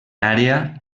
àrea